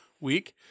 week